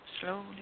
slowly